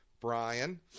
brian